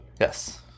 yes